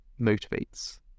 motivates